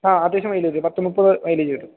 ആ അത്യാവശ്യം മൈലേജ് പത്ത് മുപ്പത് മൈലേജ് വരും